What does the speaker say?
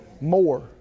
more